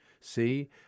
See